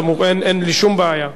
אין לי שום בעיה.